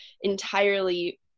entirely